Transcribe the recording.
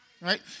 Right